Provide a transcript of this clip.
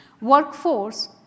workforce